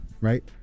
right